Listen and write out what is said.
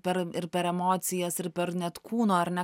per ir per emocijas ir per net kūno ar ne